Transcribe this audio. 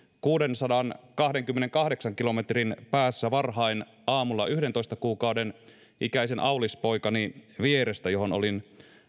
kuudensadankahdenkymmenenkahdeksan kilometrin päässä varhain aamulla yhdentoista kuukauden ikäisen aulis poikani vierestä olin